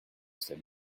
cette